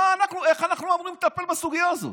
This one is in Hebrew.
איך אנחנו אמורים לטפל בסוגיה הזאת?